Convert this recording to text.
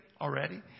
already